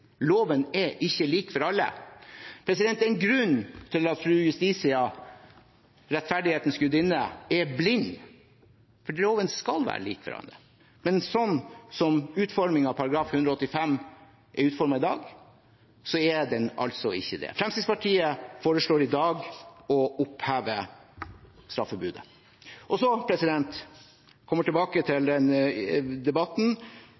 Loven er ikke lik for alle. Det er en grunn til at fru Justitia, rettferdighetens gudinne, er blind, for loven skal være lik for alle. Men slik som utformingen av § 185 er i dag, er den altså ikke det. Fremskrittspartiet foreslår i dag å oppheve straffebudet. Så kommer jeg tilbake til denne debatten,